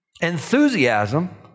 Enthusiasm